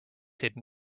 hidden